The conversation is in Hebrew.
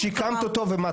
שיקמת אותו ומה?